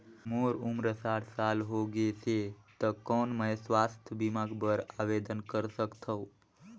मोर उम्र साठ साल हो गे से त कौन मैं स्वास्थ बीमा बर आवेदन कर सकथव?